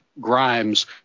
grimes